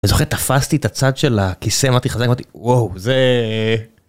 זוכר, תפסתי את הצד של הכיסא, אמרתי, חזק, אמרתי, וואו, זה...